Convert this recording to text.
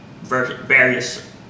various